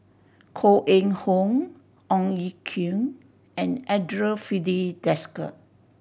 Koh Eng Hoon Ong Ye Kung and Andre Filipe Desker